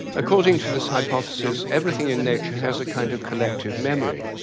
according to this hypothesis, everything in nature has a kind of collective memory,